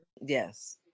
Yes